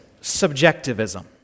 subjectivism